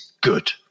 good